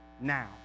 now